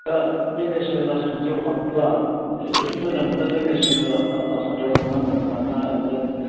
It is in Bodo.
दा बे नेसनेल राजखान्थियाव हाबोब्ला बेथ' मोजां खोथा जों नेसनेल राजखान्थियाव हाबनांगोन मानोना जों